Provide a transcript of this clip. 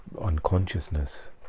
unconsciousness